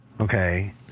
okay